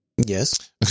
Yes